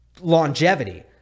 longevity